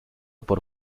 por